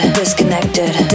disconnected